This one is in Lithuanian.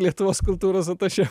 lietuvos kultūros atašė